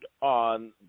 on